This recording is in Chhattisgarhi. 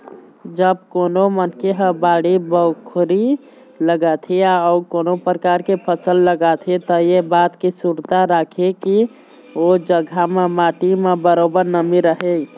जब कोनो मनखे ह बाड़ी बखरी लगाथे या अउ कोनो परकार के फसल लगाथे त ऐ बात के सुरता राखय के ओ जघा म माटी म बरोबर नमी रहय